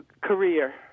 Career